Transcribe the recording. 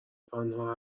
تنها